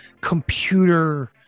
computer